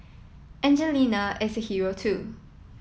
Angelina is a hero too